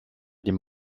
dem